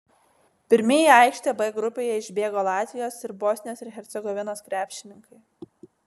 pirmi į aikštę b grupėje išbėgo latvijos ir bosnijos ir hercegovinos krepšininkai